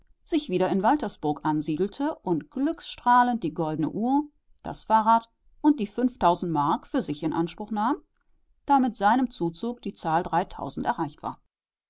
sich wieder in waltersburg ansiedelte und glückstrahlend die goldene uhr das fahrrad und die fünftausend mark für sich in anspruch nahm da mit seinem zuzug die zahl dreitausend erreicht war